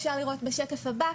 אפשר לראות בשקף הבא.